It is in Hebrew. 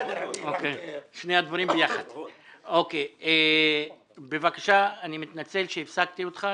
נציג משרד הפנים, אני מתנצל שהפסקתי אותך.